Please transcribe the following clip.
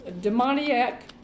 demoniac